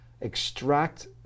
extract